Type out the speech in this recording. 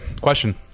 Question